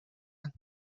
and